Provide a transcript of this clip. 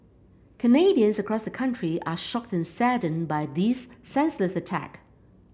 Canadians across the country are shocked and saddened by this senseless attack